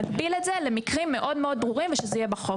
להגביל את זה למקרים מאוד מאוד ברורים ושזה יהיה בחוק.